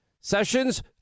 sessions